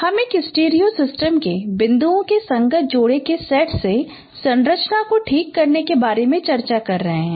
हम एक stereo system के बिंदुओं के संगत जोड़े के सेट से संरचना को ठीक करने के बारे में चर्चा कर रहे हैं